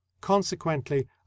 consequently